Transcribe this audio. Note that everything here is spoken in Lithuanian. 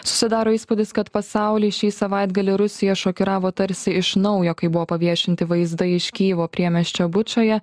susidaro įspūdis kad pasaulį šį savaitgalį rusija šokiravo tarsi iš naujo kai buvo paviešinti vaizdai iš kijevo priemiesčio bučoje